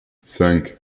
cinq